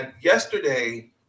yesterday